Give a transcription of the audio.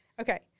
Okay